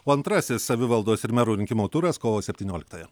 o antrasis savivaldos ir merų rinkimų turas kovo septynioliktąją